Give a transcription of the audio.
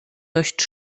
dość